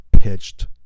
pitched